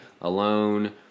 alone